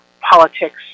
politics